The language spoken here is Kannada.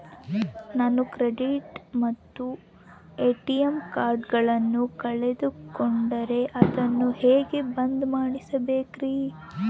ನಾನು ಕ್ರೆಡಿಟ್ ಮತ್ತ ಎ.ಟಿ.ಎಂ ಕಾರ್ಡಗಳನ್ನು ಕಳಕೊಂಡರೆ ಅದನ್ನು ಹೆಂಗೆ ಬಂದ್ ಮಾಡಿಸಬೇಕ್ರಿ?